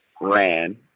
ran